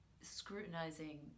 scrutinizing